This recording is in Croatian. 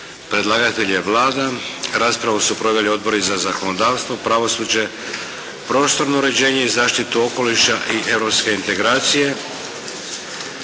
Predlagatelj je Vlada. Raspravu su proveli Odbori za zakonodavstvo, pravosuđe, prostorno uređenje i zaštitu okoliša i Europske integracije.